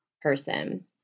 person